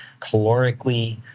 calorically